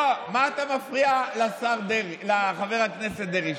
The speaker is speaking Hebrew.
מה אתה מפריע לחבר הכנסת דרעי?